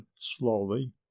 slowly